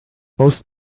most